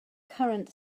current